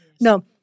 no